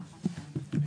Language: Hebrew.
שישה,